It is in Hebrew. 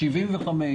75,